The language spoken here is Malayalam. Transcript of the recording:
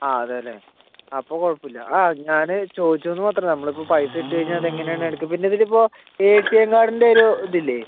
ആ അതെ അല്ലെ അപ്പം കുഴപ്പം ഇല്ല ആ ഞാൻ ചോദിച്ചുയെന്ന് മാത്രം നമ്മളിപ്പം പൈസ ഇട്ടു കഴിഞ്ഞാൽ അത് എങ്ങനെയാണ് എടുക്കുക പിന്നെ ഇതിൽ ഇപ്പം എ ടി എം കാർഡിൻ്റെ ഒരു ഇത് ഇല്ലെ